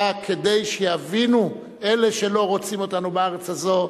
בא כדי שיבינו אלה שלא רוצים אותנו בארץ הזאת,